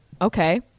okay